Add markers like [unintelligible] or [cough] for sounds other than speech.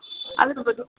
[unintelligible]